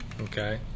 Okay